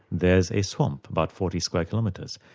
there's a swamp about forty square kilometres.